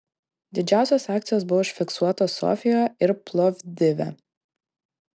didžiausios akcijos buvo užfiksuotos sofijoje ir plovdive